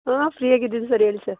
ಹಾಂ ಫ್ರೀಯಾಗಿದ್ದೀನಿ ಸರ್ ಹೇಳಿ ಸರ್